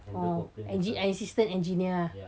oh assistant engineer ah